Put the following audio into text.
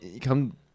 come